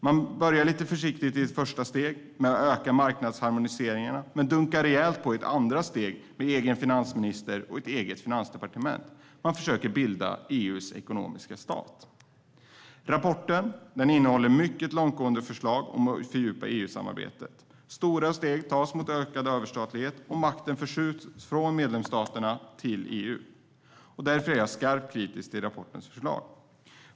Man börjar lite försiktigt i ett första steg med att öka marknadsharmoniseringen, men dunkar på rejält i ett andra steg med egen finansminister och eget finansdepartement. Man försöker bilda EU:s ekonomiska stat. Rapporten innehåller mycket långtgående förslag om att fördjupa EU-samarbetet. Stora steg tas mot ökad överstatlighet, och makten förskjuts från medlemsstaterna till EU. Därför är jag starkt kritisk till rapportens förslag.